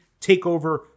TakeOver